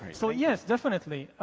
so, yes, definitely.